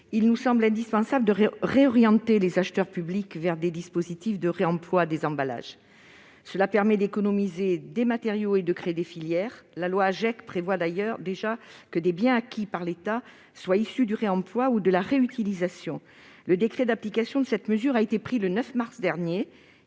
Il nous semble indispensable de réorienter les acheteurs publics vers des dispositifs de réemploi des emballages, qui permettent d'économiser des matériaux et de créer des filières. La loi AGEC prévoit déjà d'ailleurs l'obligation pour l'État d'acquérir des biens issus du réemploi ou de la réutilisation. Le décret d'application de cette mesure a été pris le 9 mars dernier.